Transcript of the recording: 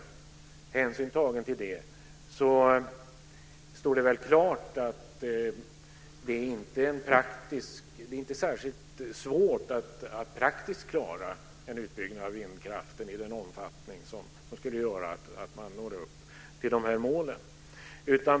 Det står väl klart att det inte är särskilt svårt att praktiskt klara en utbyggnad av vindkraften i en omfattning som skulle göra att man når upp till de här målen.